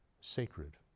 sacred